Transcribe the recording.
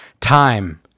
Time